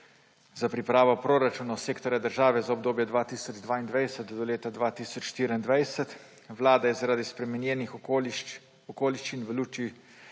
za pripravo proračunov sektorja država za obdobje od 2022 do 2024. Vlada je zaradi spremenjenih okoliščin v luči